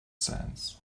sands